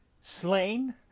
Slain